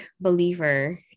believer